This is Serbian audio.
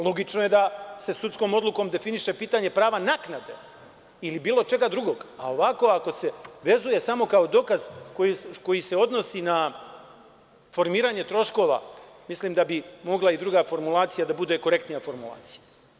Logično je da se sudskom odlukom definiše pitanje prava naknade ili bilo čega drugog, a ovako ako se vezuje samo kao dokaz koji se odnosi na formiranje troškova, mislim da bi mogla i druga formulacija da bude korektnija formulacija.